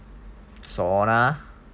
sauna